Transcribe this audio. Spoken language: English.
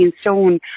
stone